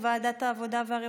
לוועדת העבודה והרווחה.